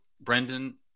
Brendan